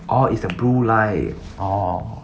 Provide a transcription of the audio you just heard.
orh is the blue lie orh